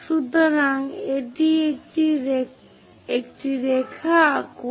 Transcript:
সুতরাং একটি রেখা আঁকুন